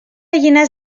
llinars